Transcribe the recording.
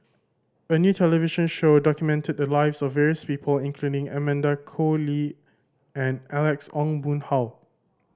a new television show documented the lives of various people including Amanda Koe Lee and Alex Ong Boon Hau